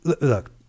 look